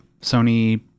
Sony